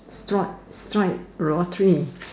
strike strike lottery